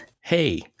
Hey